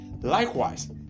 likewise